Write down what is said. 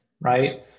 right